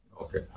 Okay